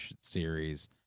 series